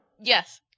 yes